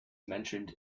mentioned